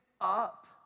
up